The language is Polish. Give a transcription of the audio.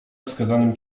wskazanym